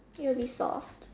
it will be soft